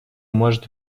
может